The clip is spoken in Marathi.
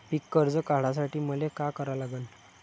पिक कर्ज काढासाठी मले का करा लागन?